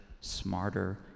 smarter